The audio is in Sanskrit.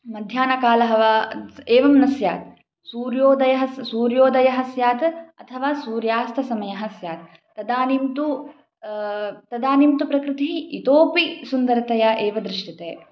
मध्याह्नकालः एवं न स्यात् सूर्योदयः सः सूर्योदयः स्यात् अथवा सूर्यास्तसमयः स्यात् तदानीं तु तदानीं तु प्रकृतिः इतोऽपि सुन्दरतया एव दृश्यते